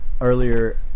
earlier